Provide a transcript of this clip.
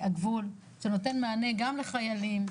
הגבול, שנותן מענה גם לחיילים,